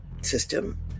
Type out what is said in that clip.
system